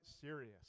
serious